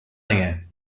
länge